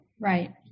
Right